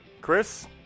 Chris